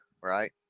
right